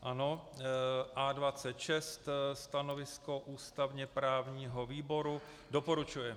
Ano, A26, stanovisko ústavněprávního výboru doporučuje.